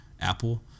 Apple